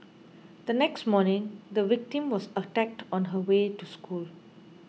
the next morning the victim was attacked on her way to school